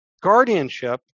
Guardianship